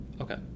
Okay